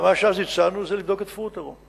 מה שאז הצענו זה לבדוק את "פרוטרום",